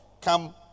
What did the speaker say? come